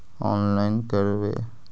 Online करवे?